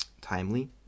timely